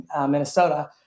Minnesota